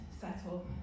settle